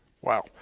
Wow